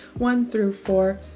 one through four,